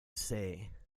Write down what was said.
say